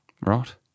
Right